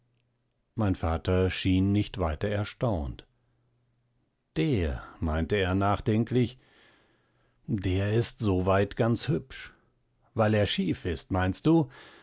mein vater schien nicht weiter erstaunt der meinte er nachdenklich der ist soweit ganz hübsch weil er schief ist meinst du